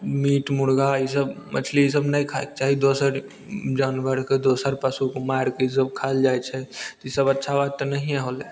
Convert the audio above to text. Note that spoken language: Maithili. मीट मुर्गा ईसब मछली ईसब नहि खाएके चाही दोसर जानबरके दोसर पशुके मारिके ईसब खायल जाइत छै ईसब अच्छा बात तऽ नहिए होलै